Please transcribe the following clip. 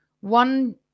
One